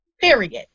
period